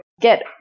get